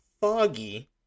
foggy